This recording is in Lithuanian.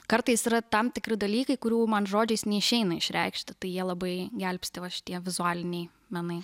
kartais yra tam tikri dalykai kurių man žodžiais neišeina išreikšti tai jie labai gelbsti va šitie vizualiniai menai